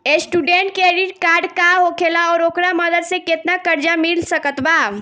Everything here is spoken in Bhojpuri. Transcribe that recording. स्टूडेंट क्रेडिट कार्ड का होखेला और ओकरा मदद से केतना कर्जा मिल सकत बा?